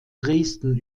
dresden